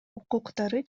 укуктары